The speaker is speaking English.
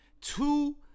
two